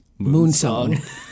Moonsong